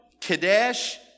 Kadesh